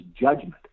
judgment